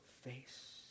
face